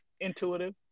intuitive